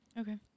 Okay